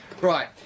Right